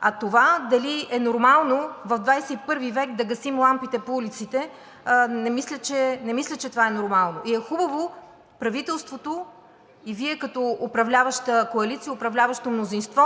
А това дали е нормално в ХХI век да гасим лампите по улиците, не мисля, че това е нормално и е хубаво правителството и Вие като управляваща коалиция, управляващо мнозинство,